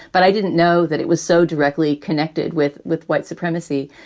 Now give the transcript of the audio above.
but i didn't know that it was so directly connected with with white supremacy.